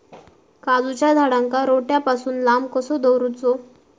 काजूच्या झाडांका रोट्या पासून लांब कसो दवरूचो?